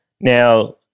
Now